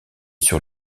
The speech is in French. sur